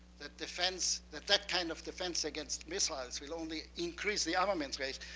that defense, that that kind of defense against missiles will only increase the armaments race,